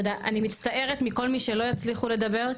אני מצטערת מכל מי שלא יצליחו לדבר,